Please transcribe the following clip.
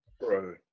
Bro